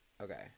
Okay